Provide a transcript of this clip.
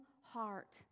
heart